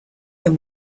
than